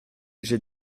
j’ai